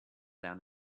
down